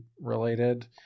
related